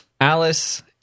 Alice